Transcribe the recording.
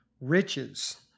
Riches